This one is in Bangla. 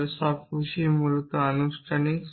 তবে সবকিছুই মূলত আনুষ্ঠানিক